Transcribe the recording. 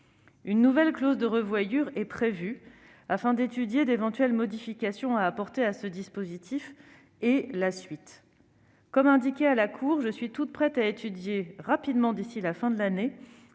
Une nouvelle clause de revoyure est prévue afin d'étudier d'éventuelles modifications de ce dispositif. Comme cela a été indiqué à la Cour, je suis toute prête à étudier rapidement, d'ici à la fin de l'année,